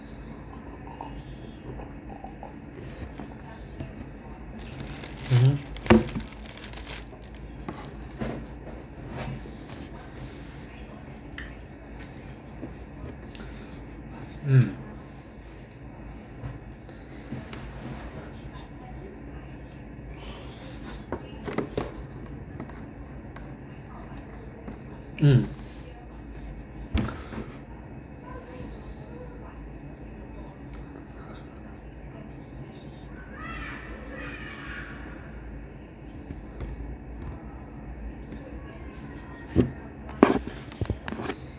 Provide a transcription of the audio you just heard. mmhmm mm mm